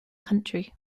country